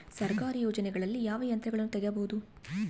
ಸರ್ಕಾರಿ ಯೋಜನೆಗಳಲ್ಲಿ ಯಾವ ಯಂತ್ರಗಳನ್ನ ತಗಬಹುದು?